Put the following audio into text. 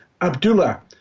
Abdullah